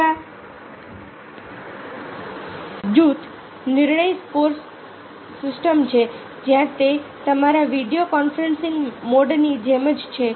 બીજી જૂથ નિર્ણય સપોર્ટ સિસ્ટમ છે જ્યાં તે તમારા વિડિયો કોન્ફરન્સિંગ મોડની જેમ જ છે